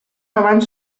abans